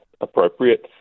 appropriate